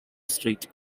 street